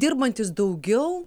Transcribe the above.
dirbantys daugiau